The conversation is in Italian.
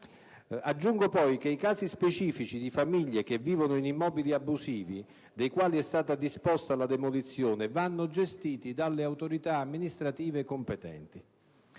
Aggiungo poi che i casi specifici di famiglie che vivono in immobili abusivi dei quali è stata disposta la demolizione vanno gestiti dalle autorità amministrative competenti